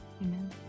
Amen